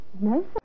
No